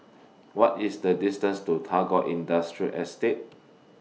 What IS The distance to Tagore Industrial Estate